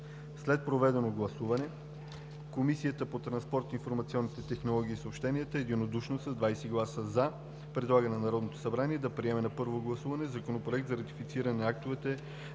След проведеното гласуване Комисията по транспорт, информационни технологии и съобщения единодушно с 20 гласа „за” предлага на Народното събрание да приеме на първо гласуване Законопроект за ратифициране на актовете